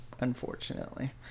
Unfortunately